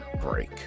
break